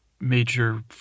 major